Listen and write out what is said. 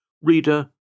Reader